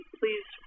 please